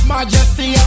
Majesty